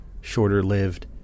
shorter-lived